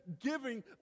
giving